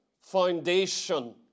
foundation